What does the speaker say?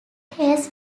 hales